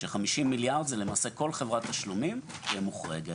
אומר שכל חברת תשלומים תהיה מוחרגת.